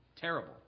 terrible